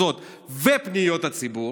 תפוצות ופניות הציבור,